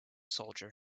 soldier